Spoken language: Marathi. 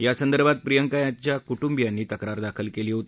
यासंदर्भात प्रियंका यांच्या कुटुंबियांनी तक्रार दाखल केली होती